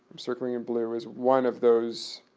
circling in blue, is one of those